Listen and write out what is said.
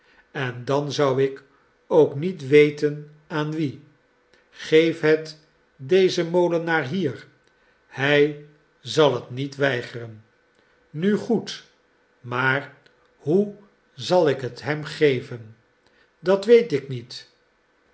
en dan zou ik ook niet weten aan wien geef het dezen molenaar hier hij zal het niet weigeren nu goed maar hoe zal ik het hem geven dat weet ik niet